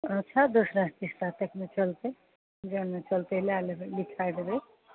अच्छा दूसरा तीसरा तकमे चलतै जहन नहि चलतै लै लेबै लिखाए देबै